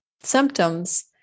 symptoms